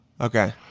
Okay